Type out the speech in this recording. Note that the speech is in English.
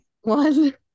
one